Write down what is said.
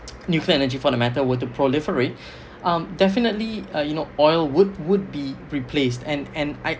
nuclear energy for the matter were to proliferate um definitely uh you know oil would would be replaced and and I